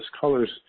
colors